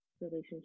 relationship